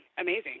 amazing